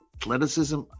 Athleticism